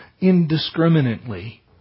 indiscriminately